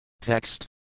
Text